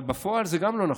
אבל בפועל זה גם לא נכון.